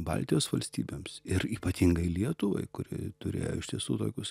baltijos valstybėms ir ypatingai lietuvai kuri turėjo iš tiesų tokius